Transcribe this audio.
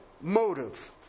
motive